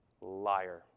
Liar